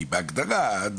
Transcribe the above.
כי בהגדרה.